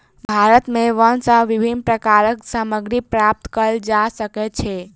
भारत में वन सॅ विभिन्न प्रकारक सामग्री प्राप्त कयल जा सकै छै